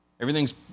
Everything's